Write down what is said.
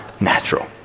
natural